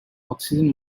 oxygen